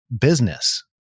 business